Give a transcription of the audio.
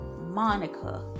Monica